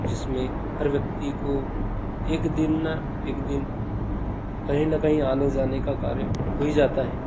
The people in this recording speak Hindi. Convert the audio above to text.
जिसमें हर व्यक्ति को एक दिन न एक दिन कहीं न कहीं आने जाने का कार्य हो ही जाता है